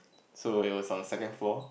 so it was on second floor